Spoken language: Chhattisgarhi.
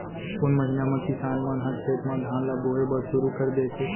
कोन महीना मा किसान मन ह खेत म धान ला बोये बर शुरू कर देथे?